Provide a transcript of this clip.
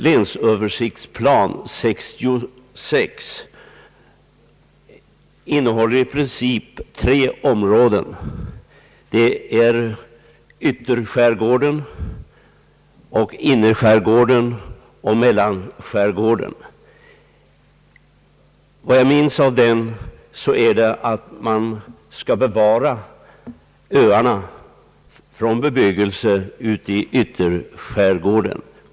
Länsöversiktsplan 66 omfattar i princip tre områden, nämligen ytterskärgården, mellanskärgården och innerskärgården. Enligt planen skall öarna i ytterskärgården bevaras fria från bebyggelse.